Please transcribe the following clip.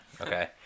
Okay